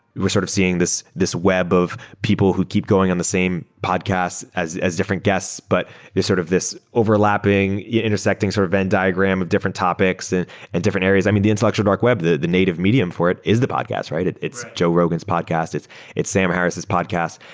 we're sort of seeing this this web of people who keep going on the same podcasts as as different guests, but there's sort of this overlapping, intersecting sort of venn diagram of different topics and and different areas. i mean, the intellectual dark web, that the native medium for it is the podcast, right? it's joe rogan's podcast. it's it's sam harris's podcast.